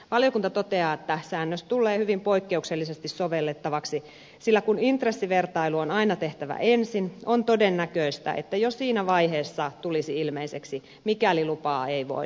valiokunta toteaa että säännös tullee hyvin poikkeuksellisesti sovellettavaksi sillä kun intressivertailu on aina tehtävä ensin on todennäköistä että jo siinä vaiheessa tulisi ilmeiseksi mikäli lupaa ei voida myöntää